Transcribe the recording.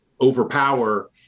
overpower